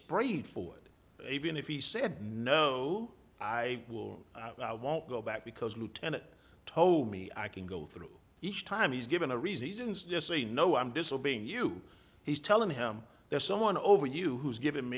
sprayed for it even if he said no i won't go back because lieutenant told me i can go through each time he's given a reasons just say no i'm disobeying you he's telling him there's someone over you who's given